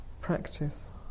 practice